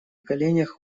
коленях